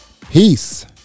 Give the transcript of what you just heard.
peace